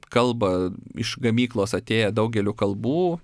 kalba iš gamyklos atėję daugeliu kalbų